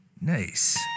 Nice